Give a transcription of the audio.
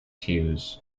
hughes